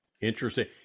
Interesting